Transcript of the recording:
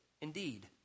indeed